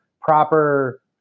proper